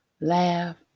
laugh